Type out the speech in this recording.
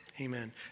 Amen